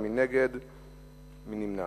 נמנע